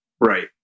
Right